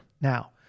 Now